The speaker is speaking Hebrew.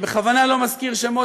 אני בכוונה לא מזכיר שמות.